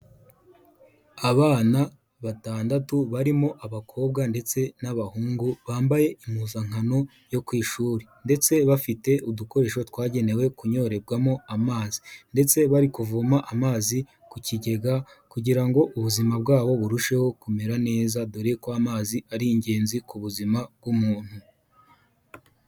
Abana batandatu barimo abakobwa ndetse n'abahungu, bambaye impuzankano yo ku ishuri ndetse bafite udukoresho twagenewe kunyorebwamo amazi ndetse bari kuvoma amazi ku kigega kugira ngo ubuzima bwabo burusheho kumera neza, dore ko amazi ari ingenzi ku buzima bw'umuntu.